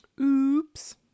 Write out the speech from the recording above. Oops